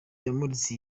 yamuritse